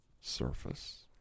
surface